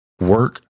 work